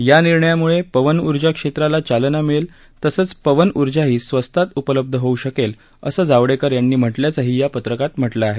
या निर्णयामुळे पवन उर्जा क्षेत्राला चालना मिळेल तसंच पवन उर्जाही स्वस्तात उपलब्ध होऊ शकेल असं जावडेकर यांनी म्हटल्याचंही या पत्रकात म्हटलं आहे